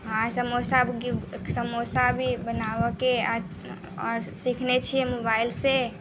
हँ समोसा भी समोसा भी बनाबऽ के आओर सीखने छियै मोबाइल से